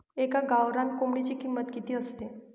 एका गावरान कोंबडीची किंमत किती असते?